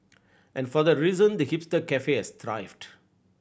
and for that reason the hipster cafe has thrived